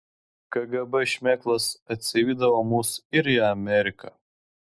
kgb šmėklos atsivydavo mus ir į ameriką